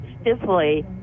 stiffly